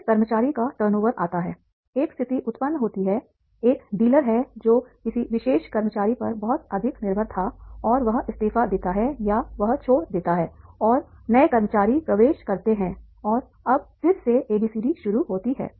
फिर कर्मचारी का टर्नओवर आता है एक स्थिति उत्पन्न होती है एक डीलर है जो किसी विशेष कर्मचारी पर बहुत अधिक निर्भर था और वह इस्तीफा देता है या वह छोड़ देता है और नए कर्मचारी प्रवेश करते हैं और अब फिर से एबीसीडी शुरू होती है